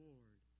Lord